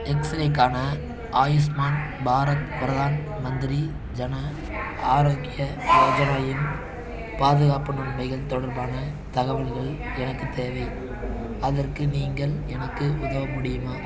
X ரேக்கான ஆயுஷ்மான் பாரத் பிரதான் மந்திரி ஜன ஆரோக்ய யோஜனா இன் பாதுகாப்பு நன்மைகள் தொடர்பான தகவல்கள் எனக்கு தேவை அதற்கு நீங்கள் எனக்கு உதவ முடியுமா